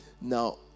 now